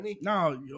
No